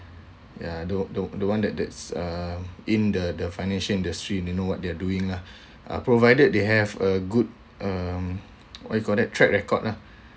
ya the the the one that that's uh in the the financial industry they know what they're doing now lah uh provided they have a good um what you call that track record lah